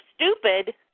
stupid